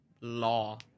law